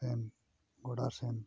ᱥᱮᱱ ᱜᱚᱰᱟ ᱥᱮᱱ